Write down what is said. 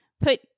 put